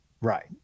Right